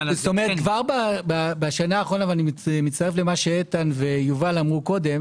כבר בשנה האחרונה ואני מצטרף למה שאיתן ויובל אמרו קודם